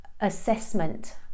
assessment